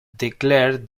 declare